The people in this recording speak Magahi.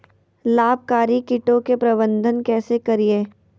लाभकारी कीटों के प्रबंधन कैसे करीये?